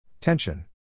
Tension